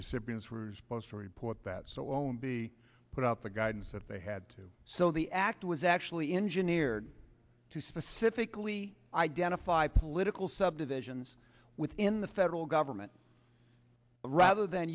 recipients were supposed to report that so on be put out the guidance that they had to so the act was actually engineer to specifically identify political subdivisions within the federal government rather than